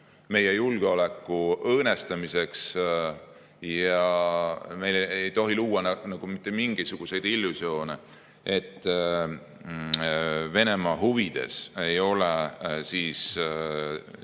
meie julgeoleku õõnestamiseks. Me ei tohi luua mitte mingisuguseid illusioone, et Venemaa huvides ei ole nii